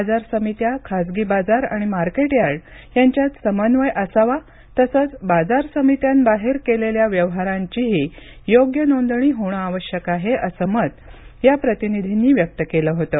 बाजार समित्या खाजगी बाजार आणि मार्केट यार्ड यांच्यात समन्वय असावा तसंच बाजार समित्यांबाहेर केलेल्या व्यवहारांचीही योग्य नोंदणी होणं आवश्यक आहे असं मत या प्रतिनिधींनी व्यक्त केलं होतं